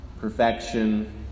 Perfection